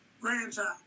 grandchild